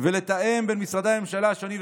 לתאם בין משרדי הממשלה השונים,